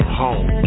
home